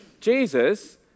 jesus